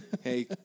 Hey